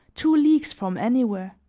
two leagues from anywhere.